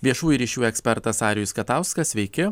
viešųjų ryšių ekspertas arijus katauskas sveiki